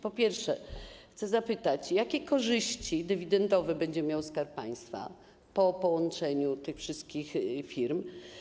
Po pierwsze, chcę zapytać o to, jakie korzyści dywidendowe będzie miał Skarb Państwa po połączeniu tych wszystkich firm.